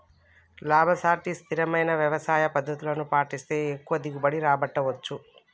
లాభసాటి స్థిరమైన వ్యవసాయ పద్దతులను పాటిస్తే ఎక్కువ దిగుబడి రాబట్టవచ్చు